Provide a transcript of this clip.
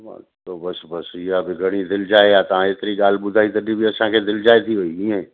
बसि त बसि इहा बि घणी दिलिजाए आहे तव्हां हेतिरी ॻाल्हि ॿुधाई तॾहिं बि असांखे दिलिजाए थी वेई इयं